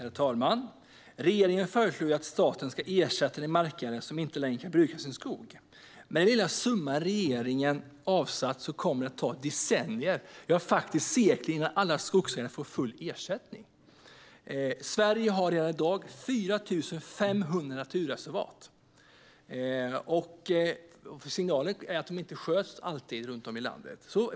Herr talman! Regeringen föreslår att staten ska ersätta de markägare som inte längre kan bruka sin skog. Med den lilla summa som regeringen har avsatt kommer det att ta decennier - ja, faktiskt sekel - innan alla skogsägare får full ersättning. Sverige har redan i dag 4 500 naturreservat. Signalen är att de inte alltid sköts runt om i landet.